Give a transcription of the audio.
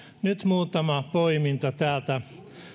nyt muutama poiminta täältä